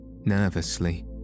Nervously